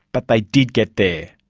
but they did get there.